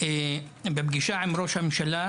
בפגישה עם ראש הממשלה,